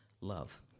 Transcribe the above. love